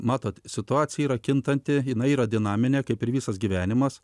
matote situacija yra kintanti jinai yra dinaminė kaip ir visas gyvenimas